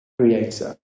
creator